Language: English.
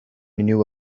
knew